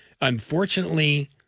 Unfortunately